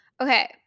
okay